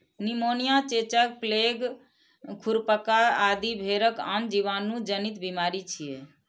pneumonia, चेचक, plague, खुरपका आदि भेड़क आन जीवाणु जनित बीमारी छियै